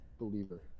believer